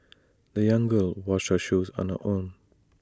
the young girl washed her shoes on her own